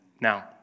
now